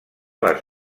les